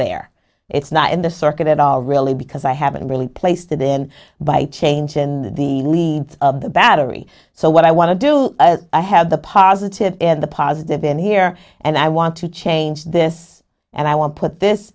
there it's not in the circuit at all really because i haven't really placed it in by change in the lead of the battery so what i want to do i have the positive in the positive in here and i want to change this and i want put this